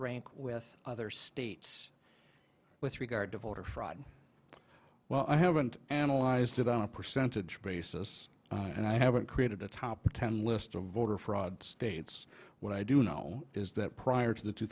rank with other states with regard to voter fraud well i haven't analyzed it on a percentage basis and i haven't created a top ten list of voter fraud states what i do know is that prior to the two